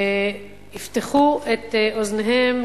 ויפתחו את אוזניהם,